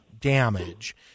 damage